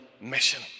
mission